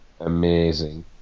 amazing